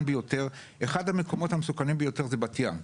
ביותר מצאנו שאחד המקומות המסוכנים ביותר זה בת ים.